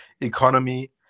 economy